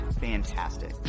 fantastic